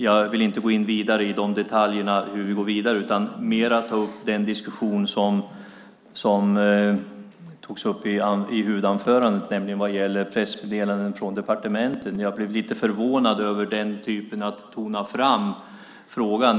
Jag vill inte gå in i detalj hur vi går vidare med det utan ta upp den diskussion som togs upp i huvudanförandet, nämligen om pressmeddelanden från departementen. Jag blev lite förvånad över sättet att tona fram frågan.